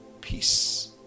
peace